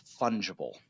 fungible